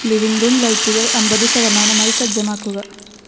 living room ലൈറ്റുകൾ അമ്പത് ശതമാനമായി സജ്ജമാക്കുക